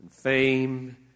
Fame